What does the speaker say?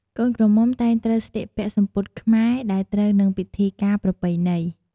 កូនក្រមុំតែងត្រូវស្លៀកពាក់សំពត់ខ្មែរដែលត្រូវនឹងពិធីការប្រពៃណី។